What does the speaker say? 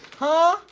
huh?